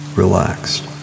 relaxed